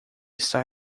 está